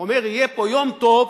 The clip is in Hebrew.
אומר: יהיה פה יום טוב.